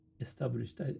established